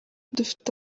dufite